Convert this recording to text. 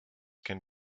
can